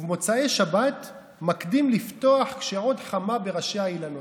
ובמוצאי שבת מקדים לפתוח כשעוד חמה בראשי האילנות.